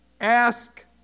ask